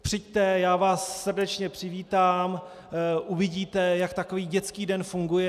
Přijďte, já vás srdečně přivítám, uvidíte, jak takový dětský den funguje.